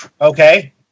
Okay